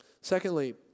Secondly